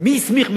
מי הסמיך,